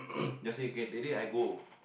just say can that day I go